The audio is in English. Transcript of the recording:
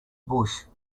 bush